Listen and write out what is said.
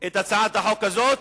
את הצעת החוק הזאת,